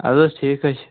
اَدٕ حظ ٹھیٖک حظ